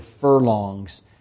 furlongs